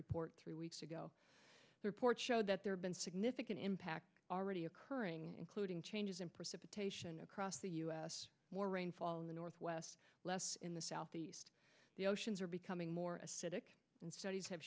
report three weeks ago report showed that there have been significant impact already occurring including changes in precipitation across the us more rainfall in the northwest in the southeast the oceans are becoming more acidic and studies have